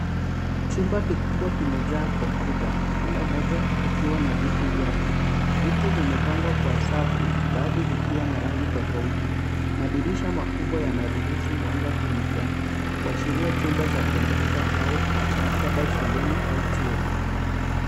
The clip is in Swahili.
Chumba kikubwa kimejaa kompyuta kila kimoja kikiwa na kiti chake. Viti vimepangwa kwa safu baadhi vikiwa na rangi tofauti. Madirisha makubwa yanaruhusu mwanga kuingia kuashiria chumba cha kompyuta au maktaba shuleni au chuo.